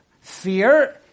fear